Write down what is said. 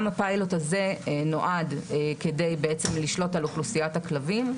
גם הפיילוט הזה נועד כדי בעצם לשלוט על אוכלוסיית הכלבים.